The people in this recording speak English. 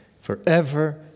forever